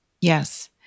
Yes